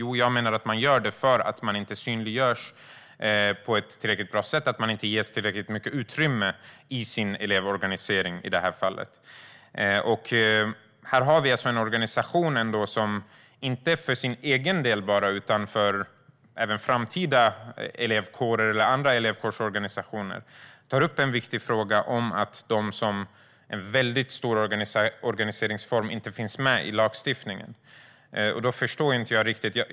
Jo, jag menar att man gör det för att man inte synliggörs på ett tillräckligt bra sätt och inte ges tillräckligt mycket utrymme i sin elevorganisering. Här har vi alltså en organisation som inte bara för sin egen del utan även för framtida elevkårer eller andra elevkårsorganisationer tar upp en viktig fråga: att en väldigt stor organiseringsform inte finns med i lagstiftningen.